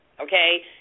okay